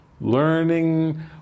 Learning